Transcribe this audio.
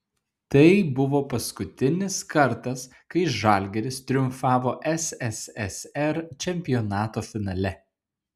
tai buvo paskutinis kartas kai žalgiris triumfavo sssr čempionato finale